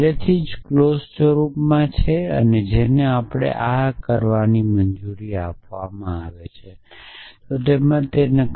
આ પહેલેથી જ ક્લૉજ સ્વરૂપે છે જે આપણે કરવાની જરૂર છે તેને આમાં ફેરવવું તે અવગણના છે